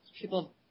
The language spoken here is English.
People